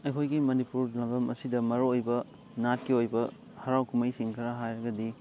ꯑꯩꯈꯣꯏꯒꯤ ꯃꯅꯤꯄꯨꯔ ꯂꯝꯗꯝ ꯑꯁꯤꯗ ꯃꯔꯨ ꯑꯣꯏꯕ ꯅꯥꯠꯀꯤ ꯑꯣꯏꯕ ꯍꯔꯥꯎ ꯀꯨꯝꯍꯩꯁꯤꯡ ꯈꯔ ꯍꯥꯏꯔꯒꯗꯤ